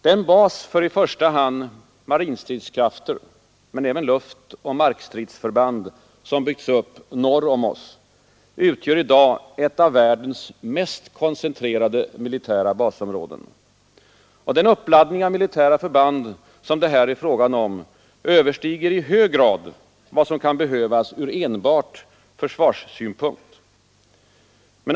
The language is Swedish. Den bas för i första hand marinstridskrafter men även luftoch markstridsförband som byggts upp norr om oss, utgör i dag ett av världens mest koncentrerade militära basområden. Den uppladdning av militära förband som det här är fråga om överstiger i hög grad vad som kan behövas ur enbart försvarssynpunkt.